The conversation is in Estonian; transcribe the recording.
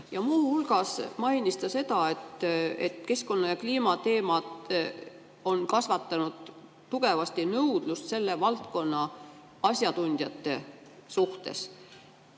Muu hulgas mainis ta seda, et keskkonna‑ ja kliimateemad on kasvatanud tugevasti nõudlust selle valdkonna asjatundjate järele.